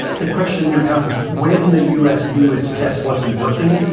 the question becomes when the u s. knew its test wasn't working.